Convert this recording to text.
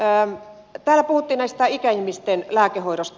täällä puhuttiin tästä ikäihmisten lääkehoidosta